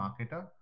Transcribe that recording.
marketer